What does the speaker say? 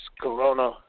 corona